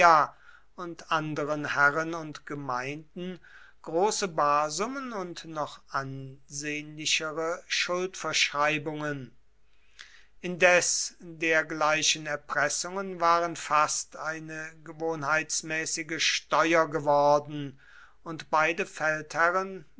und anderen herren und gemeinden große barsummen und noch ansehnlichere schuldverschreibungen indes dergleichen erpressungen waren fast eine gewohnheitsmäßige steuer geworden und beide feldherren